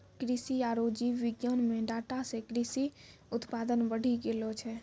कृषि आरु जीव विज्ञान मे डाटा से कृषि उत्पादन बढ़ी गेलो छै